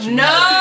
no